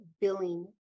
billing